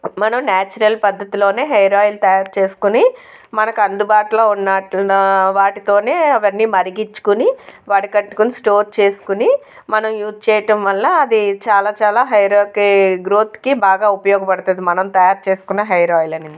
మనం నేచురల్ పద్ధతిలోనే hair oil తయారు చేసుకొని మనకు అందుబాటులో ఉన్న వాటి వాటితోనే అవన్నీ మరిగించుకుని వడ కట్టుకొని స్టోర్ చేసుకుని మనం యూజ్ చేయటం వల్ల అది చాలా చాలా హెయిర్కి గ్రోత్కి బాగా ఉపయోగపడుతుంది మనం తయారు చేసుకున్న హెయిర్ ఆయిల్ అనేది